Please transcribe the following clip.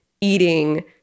eating